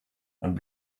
and